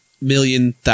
million